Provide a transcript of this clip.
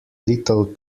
little